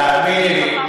תאמיני לי,